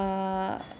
err